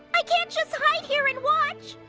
i can't just hide here and watch.